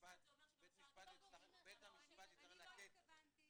דווקא מהכיוון של הילדים,